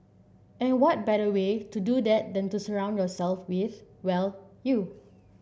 and what better way to do that than to surround yourself with well you